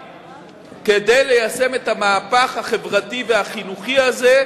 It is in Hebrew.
כדי ליישם את המהפך החברתי והחינוכי הזה,